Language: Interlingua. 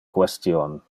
question